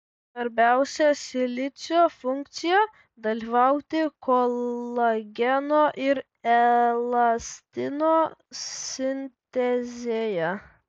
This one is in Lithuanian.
svarbiausia silicio funkcija dalyvauti kolageno ir elastino sintezėje